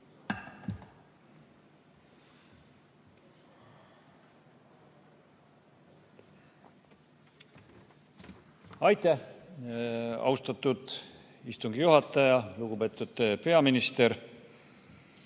juurde! Austatud istungi juhataja! Lugupeetud peaminister!